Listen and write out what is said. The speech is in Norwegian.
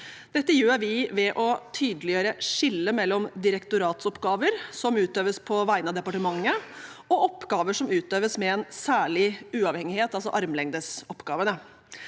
Det gjør vi ved å tydeliggjøre skillet mellom direktoratsoppgaver som utøves på vegne av departementet, og oppgaver som utøves med en særlig uavhengighet, altså armlengdesoppgavene.